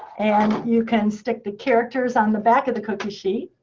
and you can stick the characters on the back of the cookie sheet,